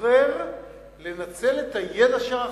שמשתחרר לנצל את הידע שרכש,